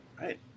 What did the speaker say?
Right